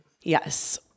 yes